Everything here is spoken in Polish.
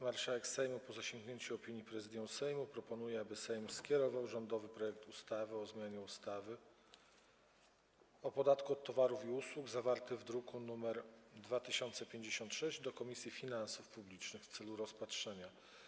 Marszałek Sejmu, po zasięgnięciu opinii Prezydium Sejmu, proponuje, aby Sejm skierował rządowy projekt ustawy o zmianie ustawy o podatku od towarów i usług, zawarty w druku nr 2056, do Komisji Finansów Publicznych w celu rozpatrzenia.